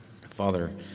Father